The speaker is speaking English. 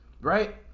right